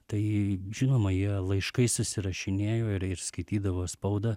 tai žinoma jie laiškais susirašinėjo ir ir skaitydavo spaudą